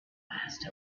asked